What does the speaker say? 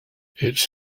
its